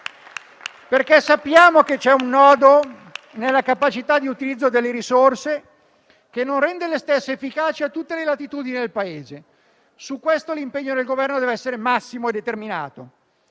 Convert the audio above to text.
infatti che c'è un nodo nella capacità di utilizzo delle risorse, che non rende le stesse efficaci a tutte le latitudini del Paese. Su questo l'impegno del Governo deve essere massimo e determinato.